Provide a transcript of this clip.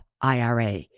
IRA